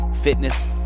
fitness